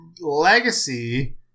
Legacy